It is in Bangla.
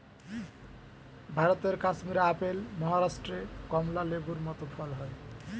ভারতের কাশ্মীরে আপেল, মহারাষ্ট্রে কমলা লেবুর মত ফল হয়